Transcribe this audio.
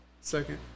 Second